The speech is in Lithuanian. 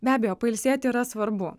be abejo pailsėti yra svarbu